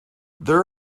there